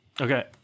okay